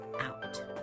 out